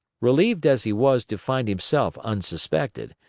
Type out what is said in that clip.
relieved as he was to find himself unsuspected,